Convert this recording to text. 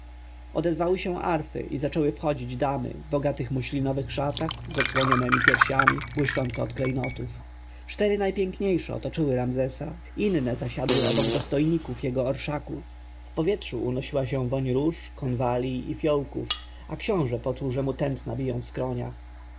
odezwały się arfy i zaczęły wchodzić damy w bogatych muślinowych szatach z odsłoniętemi piersiami błyszczące od klejnotów cztery najpiękniejsze otoczyły ramzesa inne zasiadły obok dostojników jego orszaku w powietrzu unosiła się woń róż konwalij i fiołków a książę poczuł że w skroniach